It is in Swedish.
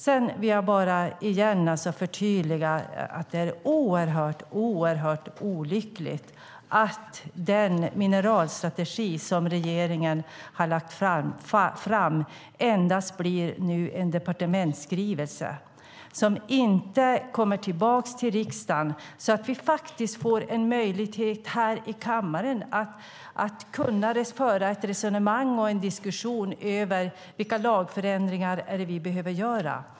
Sedan vill jag förtydliga att jag tycker att det är oerhört olyckligt att regeringens mineralstrategi endast presenteras i form av en departementsskrivelse som inte kommer tillbaka till riksdagen så att vi får en möjlighet att här i kammaren föra ett resonemang och en diskussion över vilka lagförändringar vi behöver göra.